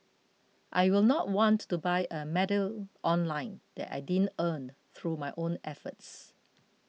I will not want to buy a medal online that I didn't earn through my own efforts